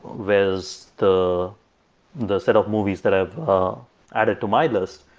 whereas the the set of movies that i've added to my list,